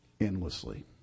endlessly